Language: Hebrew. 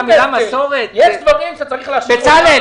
יש דברים שצריך להשאיר אותם במישור הפוליטי.